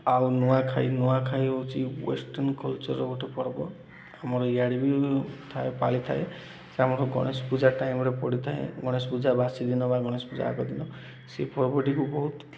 ଆଉ ନୂଆଖାଇ ନୂଆଖାଇ ହେଉଛି ୱେଷ୍ଟର୍ଣ୍ଣ କଲଚର୍ର ଗୋଟେ ପର୍ବ ଆମର ଇଆଡ଼େ ବି ଥାଏ ପାଳିଥାଏ ଯେ ଆମର ଗଣେଶ ପୂଜା ଟାଇମ୍ରେ ପଡ଼ିଥାଏ ଗଣେଶ ପୂଜା ବାସି ଦିନ ବା ଗଣେଶ ପୂଜା ଆଗ ଦିନ ସେଇ ପର୍ବଟିକୁ ବହୁତ